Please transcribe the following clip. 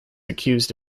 accused